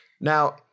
Now